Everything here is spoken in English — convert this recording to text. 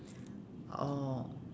orh